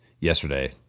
yesterday